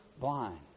Blind